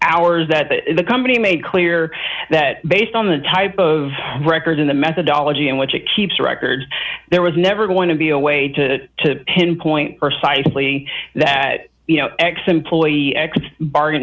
hours that the company made clear that based on the type of records in the methodology in which it keeps records there was never going to be a way to to pinpoint precisely that you know x employee x bargain